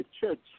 church